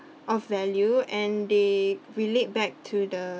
of value and they relate back to the